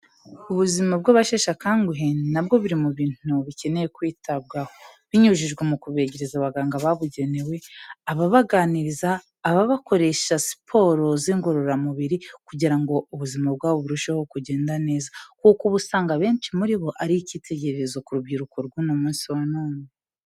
Ubuzima bw'abasheshe akanguhe ni nabwo biri mu bintu bikeneye kwitabwaho, binyujijwe mu kubegereza abaganga babugenewe, ababaganiriza ababakoresha siporo z'ingorororamubiri kugira ngo ubuzima bwabo burusheho kugenda neza, kuko uba usanga abenshi muri bo ari icyitegererezo ku rubyiruko rw'uyu munsi wa none.